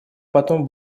потом